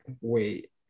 wait